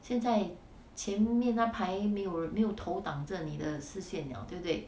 现在前面那排没有没有头挡着你的视线 liao 对不对